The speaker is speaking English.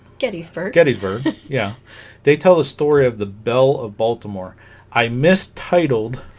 gettysburg gettysburg yeah they tell the story of the belle of baltimore i missed titled